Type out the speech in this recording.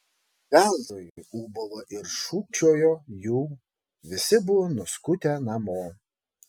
veltui ūbavo ir šūkčiojo jų visi buvo nuskutę namo